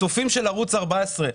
הצופים של ערוץ 14,